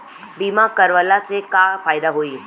बीमा करवला से का फायदा होयी?